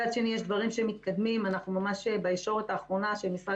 מצד שני יש דברים שמתקדמים ואנחנו ממש בישורת האחרונה של משרד